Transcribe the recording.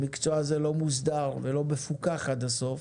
המקצוע הזה לא מוסדר ולא מפוקח עד הסוף